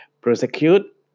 Prosecute